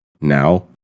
Now